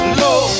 low